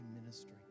ministry